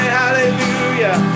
hallelujah